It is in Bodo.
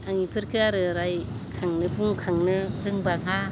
आं बेफोरखौ आरो रायखांनो बुंखांनो रोंबाङा